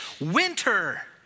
winter